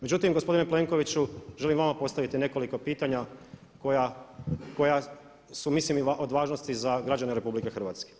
Međutim, gospodine Plenković želim vama postaviti nekoliko pitanja koja su mislim od važnosti za građane RH.